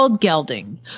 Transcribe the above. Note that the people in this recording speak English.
Gelding